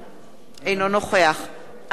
אינו נוכח אריה אלדד,